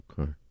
Okay